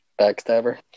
Backstabber